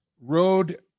road